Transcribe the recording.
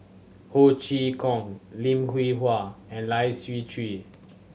Ho Chee Kong Lim Hwee Hua and Lai Siu Chiu